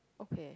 okay